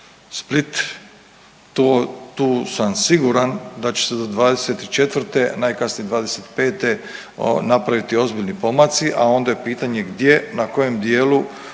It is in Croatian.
Split to, tu sam siguran da će se do '24. najkasnije '25. napraviti ozbiljni pomaci, a onda je pitanje gdje na kojem dijelu